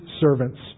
servants